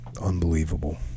Unbelievable